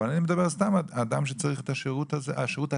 אבל אני מדבר על סתם אדם שצריך את השירות הטכני.